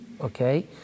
okay